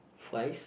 fries